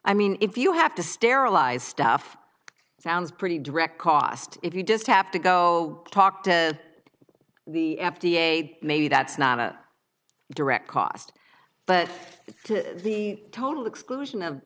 i mean if you have to sterilize stuff sounds pretty direct cost if you just have to go talk to the f d a maybe that's not a direct cost but the total exclusion of